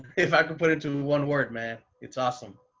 if i can put into one word, man. it's awesome.